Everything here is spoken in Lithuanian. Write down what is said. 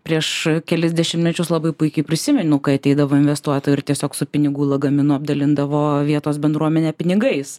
prieš kelis dešimtmečius labai puikiai prisimenu kai ateidavo investuotojų ir tiesiog su pinigų lagaminu apdalindavo vietos bendruomenę pinigais